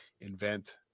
invent